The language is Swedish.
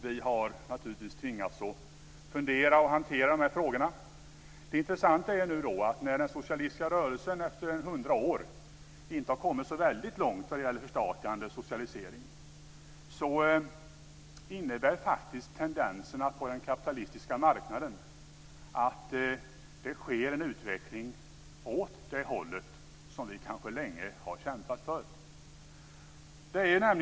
Vi har naturligtvis tvingats att fundera över och hantera de här frågorna. Det intressanta är nu att den socialistiska rörelsen efter hundra år inte har kommit så väldigt långt när det gäller förstatligande och socialisering, men tendenserna på den kapitalistiska marknaden innebär faktiskt att det sker en utveckling åt det håll som vi länge har kämpat för.